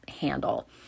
handle